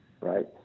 right